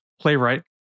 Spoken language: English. playwright